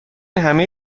همه